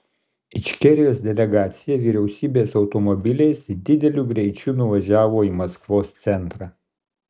ičkerijos delegacija vyriausybės automobiliais dideliu greičiu nuvažiavo į maskvos centrą